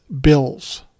bills